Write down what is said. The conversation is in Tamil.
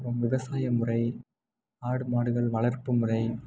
அப்புறம் விவசாயமுறை ஆடு மாடுகள் வளர்ப்பு முறை